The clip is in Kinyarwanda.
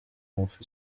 ngufu